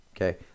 Okay